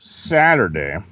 saturday